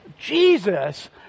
Jesus